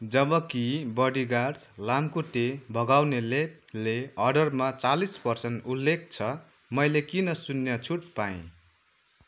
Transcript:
जबकि बडिगार्ड्स लामखुट्टे भगाउने लेपले अर्डरमा चालिस पर्सेन्ट उल्लेख छ मैले किन शून्य छुट पाएँ